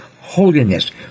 holiness